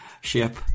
ship